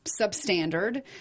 substandard